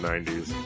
90s